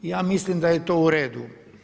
Ja mislim da je to u redu.